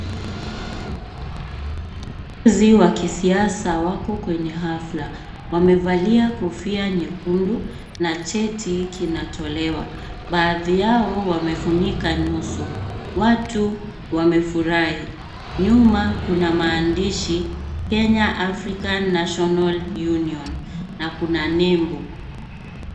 , zii wa kisiasa wako kwenye hafla . Wamevalia kofia nyekundu na cheti kinatolewa. Baadhi yao wamefunika nyuso. Watu wamefurahi. Nyuma kuna maandishi, Kenya African National Union na kuna nembo.